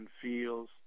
feels